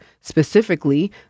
specifically